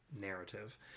narrative